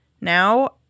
Now